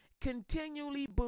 Continually